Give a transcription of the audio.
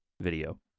video